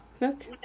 look